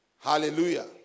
Hallelujah